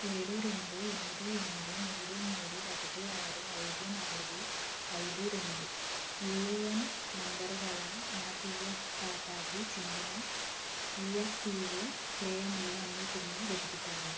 ఏడు రెండు ఎనిమిది ఎనిమిది మూడు మూడు ఒకటి ఆరు ఐదు నాలుగు ఐదు రెండు యుఏఎన్ నంబరుగల నా పిఎఫ్ ఖాతాకి చెందిన ఈఎఫ్పిఓ క్లెయిములు అన్నింటినీ వెతుకుతావా